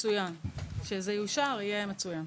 מצוין כשזה יאושר, יהיה מצוין.